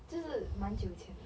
就是蛮久以前的